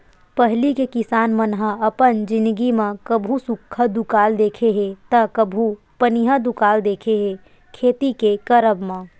पहिली के किसान मन ह अपन जिनगी म कभू सुक्खा दुकाल देखे हे ता कभू पनिहा दुकाल देखे हे खेती के करब म